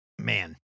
man